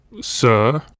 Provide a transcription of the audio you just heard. sir